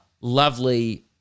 lovely